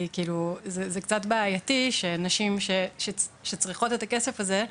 זה קצת בעייתי שנשים שצריכות את הכסף הזה,